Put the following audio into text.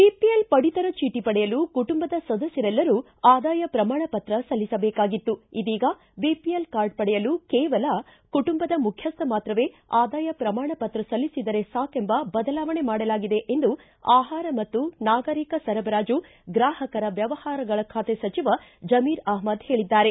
BPL ಪಡಿತರ ಚೀಟ ಪಡೆಯಲು ಕುಟುಂಬದ ಸದಸ್ಯರೆಲ್ಲರೂ ಆದಾಯ ಪ್ರಮಾಣ ಪತ್ರ ಸಲ್ಲಿಸಬೇಕಾಗಿತ್ತು ಇದೀಗ ಬಿಪಿಎಲ್ ಕಾರ್ಡ್ ಪಡೆಯಲು ಕೇವಲ ಕುಟುಂಬದ ಮುಖ್ಯಸ್ಥ ಮಾತ್ರವೇ ಆದಾಯ ಪ್ರಮಾಣ ಪತ್ರ ಸಲ್ಲಿಸಿದರೆ ಸಾಕೆಂಬ ಬದಲಾವಣೆ ಮಾಡಲಾಗಿದೆ ಎಂದು ಆಹಾರ ಮತ್ತು ನಾಗರಿಕ ಸರಬರಾಜು ಗ್ರಾಹಕರ ವ್ಯವಹಾರಗಳ ಖಾತೆ ಸಚಿವ ಜಮೀರ್ ಅಹಮ್ನದ್ ಹೇಳಿದ್ದಾರೆ